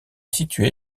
située